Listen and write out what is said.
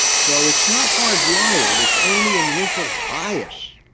so it's not hardwired, it's only an initial bias.